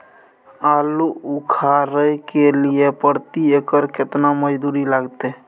आलू उखारय के लिये प्रति एकर केतना मजदूरी लागते?